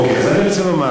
אוקיי, אז אני רוצה לומר,